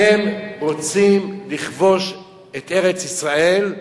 אתם רוצים לכבוש את ארץ-ישראל,